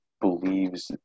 believes